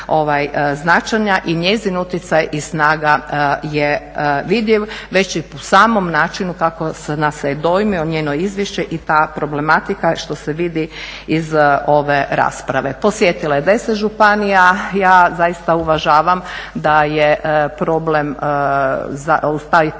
i njezin utjecaj i snaga je vidljiv, već i u samom načinu kako nas se je dojmilo njeno izvješće i ta problematika što se vidi iz ove rasprave. Posjetila je 10 županija, ja zaista uvažavam da je problem uz taj